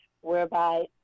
whereby